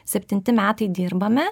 septinti metai dirbame